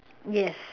yes